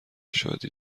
شادی